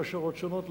להשערות שונות,